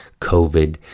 COVID